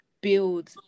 build